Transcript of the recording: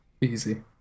Easy